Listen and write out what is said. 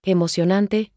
Emocionante